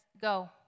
go